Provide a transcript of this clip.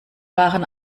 waren